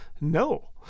No